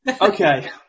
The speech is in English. Okay